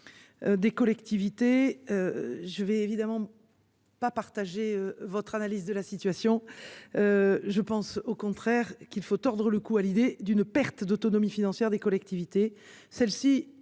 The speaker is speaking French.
Des collectivités. Je vais évidemment. Pas partager votre analyse de la situation. Je pense au contraire qu'il faut tordre le cou à l'idée d'une perte d'autonomie financière des collectivités.